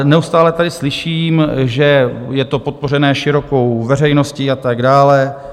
Neustále tady slyším, že je to podpořené širokou veřejností a tak dále.